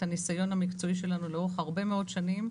הנסיון המקצועי שלנו לאורך הרבה מאוד שנים,